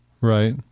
Right